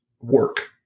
work